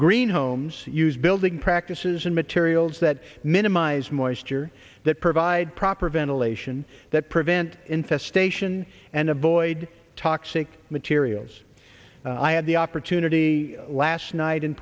green homes use building practices and materials that minimize moisture that provide proper ventilation that prevent infestation and avoid toxic materials i had the opportunity last night in